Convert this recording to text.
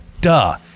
Duh